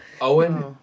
Owen